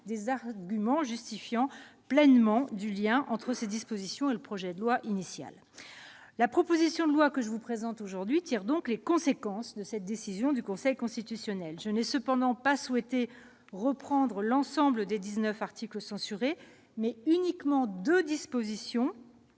des arguments justifiant pleinement le lien entre ces dispositions et le projet de loi initial. La proposition de loi que je vous présente aujourd'hui tire les conséquences de cette décision du Conseil constitutionnel. Je n'ai cependant pas souhaité reprendre l'ensemble des dix-neuf articles censurés. Il s'agit uniquement des articles